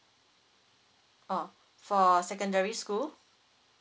oh for secondary school